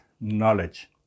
knowledge